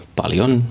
paljon